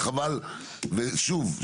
ושוב,